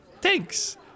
Thanks